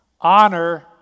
Honor